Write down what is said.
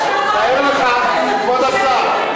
כבוד השר,